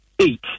eight